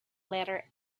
letter